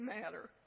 matter